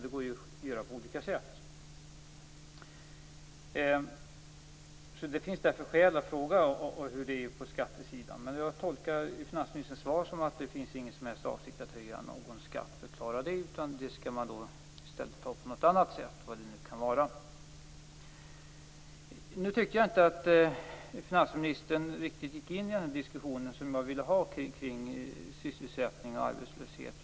Det går att göra på olika sätt. Det finns därför skäl att fråga hur det är på skattesidan. Jag tolkar finansministerns svar så att det inte finns någon som helst avsikt att höja någon skatt för att klara det, utan det skall man i stället ta in på något annat sätt - vad det nu kan vara. Jag tyckte inte att finansministern riktigt gick in i den diskussion som jag ville ha kring sysselsättning och arbetslöshet.